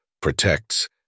protects